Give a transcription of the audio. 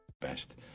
Best